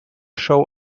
show